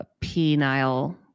penile